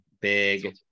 Big